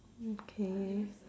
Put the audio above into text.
mm K